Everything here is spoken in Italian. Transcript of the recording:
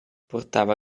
portava